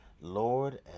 Lord